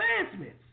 advancements